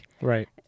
Right